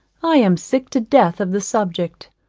i am sick to death of the subject.